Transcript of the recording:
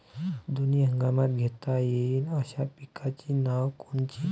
दोनी हंगामात घेता येईन अशा पिकाइची नावं कोनची?